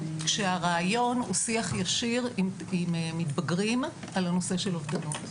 כשהרעיון הוא שיח ישיר עם מתבגרים על הנושא של אובדנות.